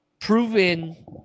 proven